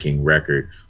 record